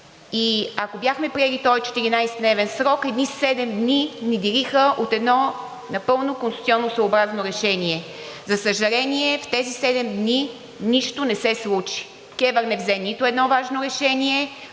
и ако бяхме приели този 14-дневен срок, едни седем дни ни деляха от едно напълно конституционносъобразно решение. За съжаление, в тези седем дни нищо не се случи. КЕВР не взе нито едно важно решение,